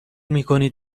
میکنید